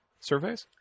surveys